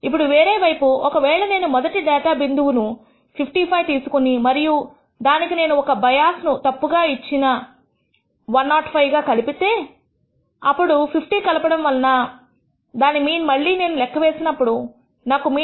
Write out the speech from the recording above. ఇప్పుడు వేరేవైపు ఒకవేళ నేను మొదటి డేటా బిందువు 55 తీసుకుని మరియు దానికి నేను ఒక బయాస్ ను తప్పుగా ఇచ్చిన 105 గా కలిపితే అప్పుడు 50 కలపడం వలన దాని మీన్ మళ్ళీ నేను లెక్క వేస్తే ఇప్పుడు నాకు మీన్ 71